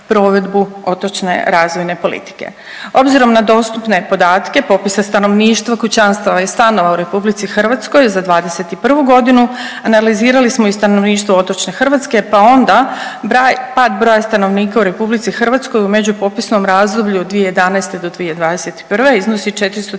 otočne razvojne politike. Obzirom na dostupne podatke, popisa stanovništva, kućanstava i stanova u RH za '21. g. analizirali smo i stanovništvo otočne Hrvatske pa onda pad broja stanovnika u RH u međupopisnom razdoblju od 2011. do 2021., iznosi 413